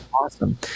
awesome